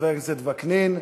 חבר הכנסת וקנין,